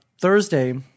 Thursday